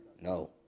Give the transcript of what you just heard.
no